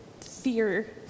fear